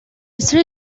sri